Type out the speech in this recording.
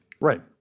Right